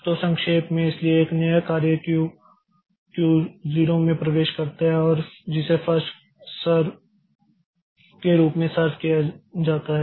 तो संक्षेप में इसलिए एक नया कार्य क्यू Q 0 में प्रवेश करता है और जिसे फर्स्ट सर्व के रूप में सर्व किया जाता है